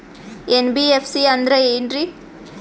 NBFC ಅಂದ್ರ ಏನ್ರೀ?